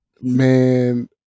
Man